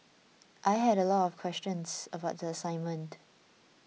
I had a lot of questions about the assignment